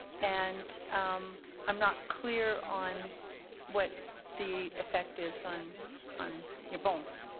and i'm not clear on what the effect is on on your bones.